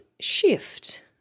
shift